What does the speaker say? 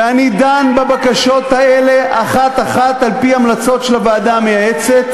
ואני דן בבקשות האלה אחת-אחת על-פי המלצות של הוועדה המייעצת.